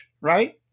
right